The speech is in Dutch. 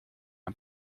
een